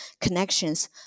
connections